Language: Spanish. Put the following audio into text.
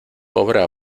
obra